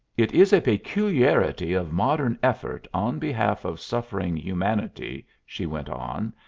it is a peculiarity of modern effort on behalf of suffering humanity, she went on,